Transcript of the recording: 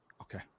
Okay